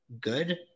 good